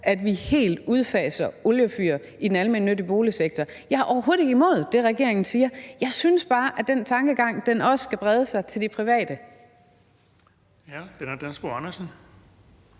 at man helt udfaser oliefyr i den almennyttige boligsektor. Jeg er overhovedet ikke imod det, regeringen siger. Jeg synes bare, at den tankegang også skal brede sig til de private.